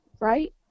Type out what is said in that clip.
Right